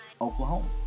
Oklahoma